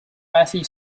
methu